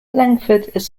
langford